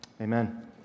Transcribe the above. Amen